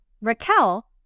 Raquel